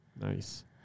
Nice